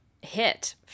hit